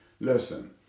Listen